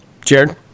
jared